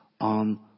on